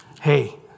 hey